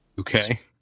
okay